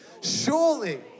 surely